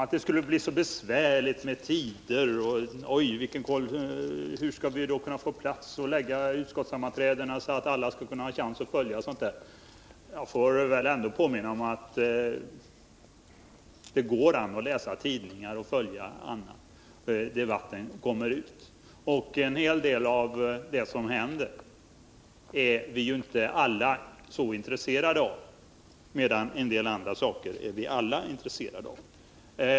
att det skulle bli så besvärligt att bestämma tidpunkten för utskottens sammanträden — alla skall ju ha möjlighet att ta ta del av dem — vill jag påminna om att det går att läsa tidningar och att på annat sätt följa debatten när den väl blivit offentlig. En del av det som händer är inte alla så intresserade av, och en del saker är alla intresserade av.